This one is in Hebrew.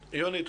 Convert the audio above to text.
יוני,